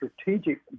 strategic